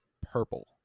purple